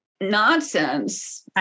nonsense